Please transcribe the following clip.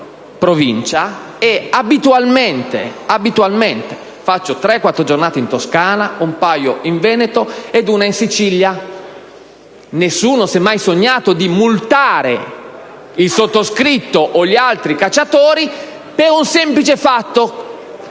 e abitualmente faccio tre-quattro giornate di caccia in Toscana, un paio in Veneto e una in Sicilia. Nessuno si è mai sognato di multare il sottoscritto o gli altri cacciatori per un semplice fatto,